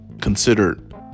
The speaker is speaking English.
considered